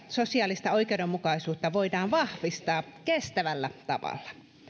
sosiaalista oikeudenmukaisuutta voidaan vahvistaa kestävällä tavalla